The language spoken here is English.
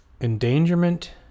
endangerment